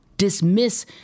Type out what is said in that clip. dismiss